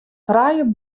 trije